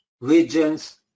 regions